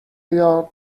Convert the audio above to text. your